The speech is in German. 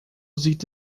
sieht